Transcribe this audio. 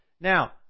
Now